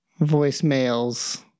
voicemails